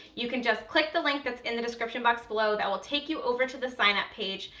you can just click the link that's in the description box below that will take you over to the sign up page.